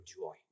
joy